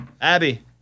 Abby